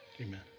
Amen